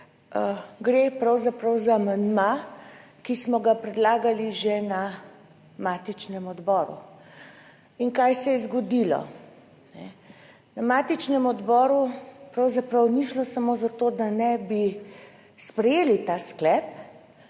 Gre pravzaprav za amandma, ki smo ga predlagali že na matičnem odboru. Kaj se je zgodilo? Na matičnem odboru pravzaprav ni šlo samo za to, da ne bi sprejeli tega sklepa,